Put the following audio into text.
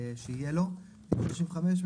סעיף קטן (ב) עוסק בתוספת השנייה,